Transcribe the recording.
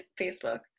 Facebook